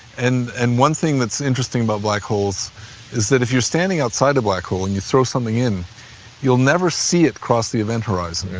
and and one thing that's interesting about black holes is that if you're standing outside a black hole and you throw something in you'll never see it cross the event horizon.